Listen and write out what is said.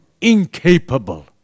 incapable